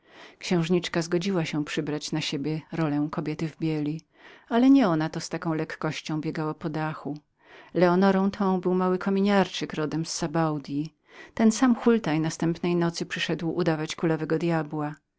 księżniczka zgodziła się przybrać na siebie rolę kobiety w bieli ale nie ona to z taką lekkością biegała po dachu leonorą tą był mały kominiarczyk rodem z sabaudyi ten sam łotr następnej nocy przyszedł udawać kulawego djabła